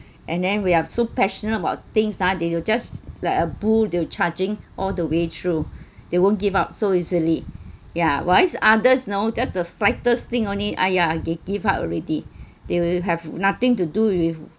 and then we are so passionate about things uh they will just like a bull they'll charging all the way through they won't give up so easily yeah why others know just the slightest thing only !aiya! they give up already they will have nothing to do with